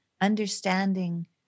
understanding